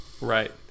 Right